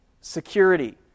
security